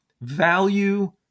value